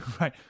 right